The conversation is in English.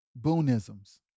Boonisms